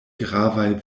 gravaj